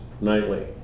nightly